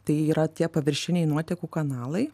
tai yra tie paviršiniai nuotekų kanalai